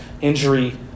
injury